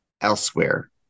elsewhere